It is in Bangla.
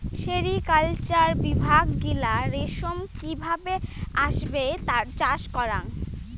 সেরিকালচার বিভাগ গিলা রেশম কি ভাবে আসবে তার চাষ করাং